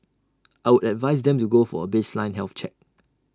I would advise them to go for A baseline health check